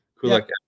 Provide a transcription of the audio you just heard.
Kulak